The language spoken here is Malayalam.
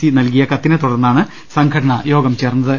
സി നൽകിയ കത്തിനെ തുടർന്നാ ണ് സംഘടന യോഗം ചേർന്നത്